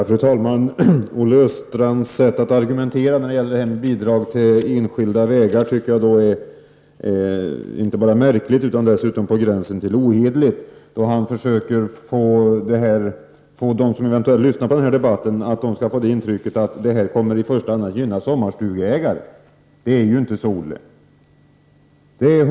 Fru talman! Olle Östrands sätt att argumentera när det gäller bidrag till enskilda vägar tycker jag inte bara är märkligt, utan på gränsen till ohederligt. Han försöker ge dem som eventuellt lyssnar på den här debatten intrycket att detta i första hand kommer att gynna sommarstugeägare, Det är inte så, Olle Östrand.